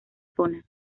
zona